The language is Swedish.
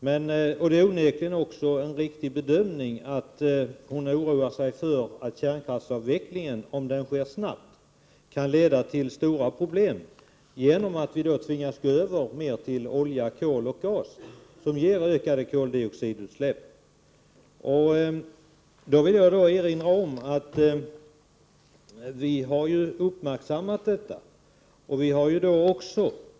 Det är onekligen också en riktig bedömning, när hon oroar sig för att kärnkraftsavvecklingen, om den sker snabbt, kan leda till stora problem genom att vi då tvingas gå över mer till olja, kol och gas, som ger ökade koldioxidutsläpp. Jag vill då erinra om att vi har uppmärksammat detta.